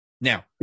Now